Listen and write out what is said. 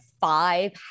five